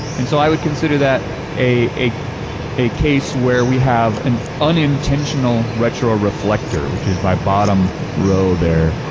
and so i would consider that a a case where we have an unintentional retroreflector, which is my bottom row there.